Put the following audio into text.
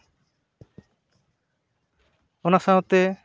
ᱚᱱᱟ ᱥᱟᱶᱛᱮ